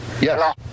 Yes